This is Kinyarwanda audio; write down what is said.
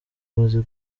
amaze